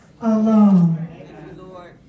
alone